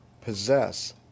possess